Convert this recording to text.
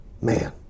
man